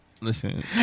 Listen